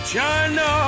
China